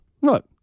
Look